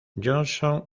johnson